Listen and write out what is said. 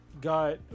got